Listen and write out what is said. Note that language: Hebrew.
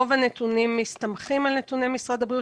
רוב הנתונים מסתמכים על נתוני משרד הבריאות,